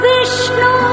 Vishnu